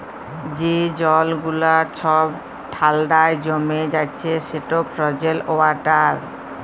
যে জল গুলা ছব ঠাল্ডায় জমে যাচ্ছে সেট ফ্রজেল ওয়াটার